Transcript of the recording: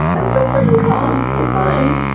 i'm so freaking calm. i'm fine.